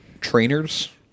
trainers